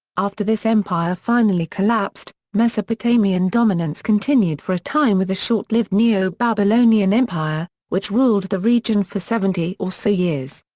after this empire finally collapsed, mesopotamian dominance continued for a time with the short lived neo-babylonian empire, which ruled the region for seventy or so years.